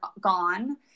gone